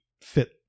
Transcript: fit